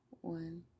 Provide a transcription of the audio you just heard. One